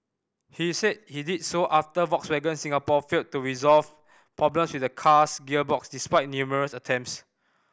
he said he did so after Volkswagen Singapore failed to resolve problems with the car's gearbox despite numerous attempts